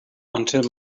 until